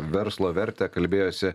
verslo vertę kalbėjosi